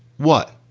what.